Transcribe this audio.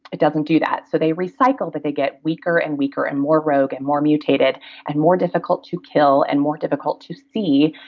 it doesn't do that. so they recycle but they get weaker and weaker and more rogue and more mutated and more difficult to kill and more difficult to see